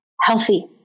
healthy